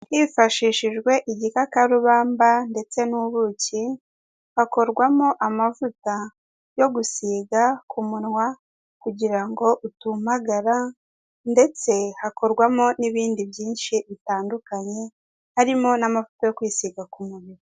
Hifashishijwe igikakarubamba ndetse n'ubuki hakorwamo amavuta yo gusiga ku munwa kugira ngo utumagara, ndetse hakorwamo n'ibindi byinshi bitandukanye harimo n'amavuta yo kwisiga ku mubiri.